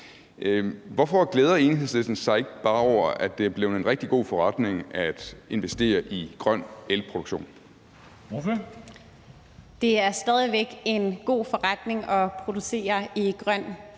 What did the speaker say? Hvorfor glæder Enhedslisten sig ikke bare over, at det er blevet en rigtig god forretning at investere i grøn elproduktion? Kl. 13:44 Formanden (Henrik Dam Kristensen): Ordføreren.